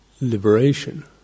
liberation